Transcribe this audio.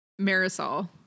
Marisol